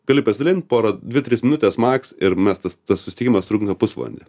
gali pasirinkt porą dvi tris minutes maks ir mes tas tas susitikimas trunka pusvalandį